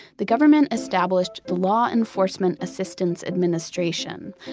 the government established the law enforcement assistance administration,